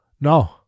No